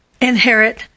inherit